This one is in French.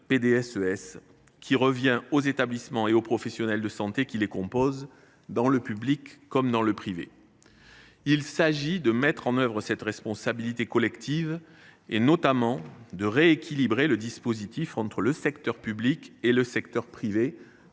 PDSES, qui revient aux établissements et aux professionnels de santé qui les composent, dans le public comme dans le privé. Il s’agit de mettre en œuvre cette responsabilité collective, notamment de rééquilibrer le dispositif entre le secteur public et le secteur privé,